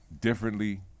differently